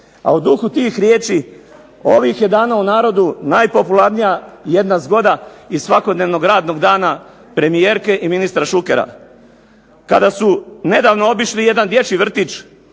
A u duhu tih riječi ovih je dana u narodu najpopularnija jedna zgoda iz svakodnevnog rada premijerke i ministra Šukera. Kada su nedavno obišli jedan dječji vrtić